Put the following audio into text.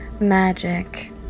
magic